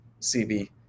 CB